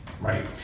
right